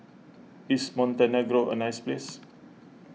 is Montenegro a nice place